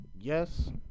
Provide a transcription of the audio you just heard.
Yes